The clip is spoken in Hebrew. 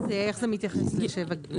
איך זה מתייחס ל-7(ג)?